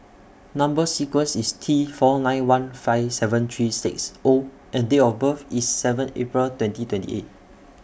Number sequence IS T four nine one five seven three six O and Date of birth IS seven April twenty twenty eight